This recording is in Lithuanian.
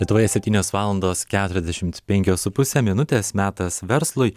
lietuvoje septynios valandos keturiasdešimt penkios su puse minutės metas verslui